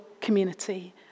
community